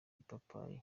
ipapayi